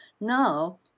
now